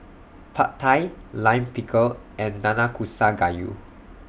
Pad Thai Lime Pickle and Nanakusa Gayu